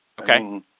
Okay